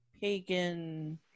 pagan